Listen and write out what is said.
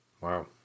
Wow